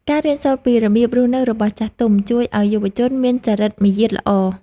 ការរៀនសូត្រពីរបៀបរស់នៅរបស់ចាស់ទុំ ជួយឱ្យយុវជនមានចរិតមារយាទល្អ។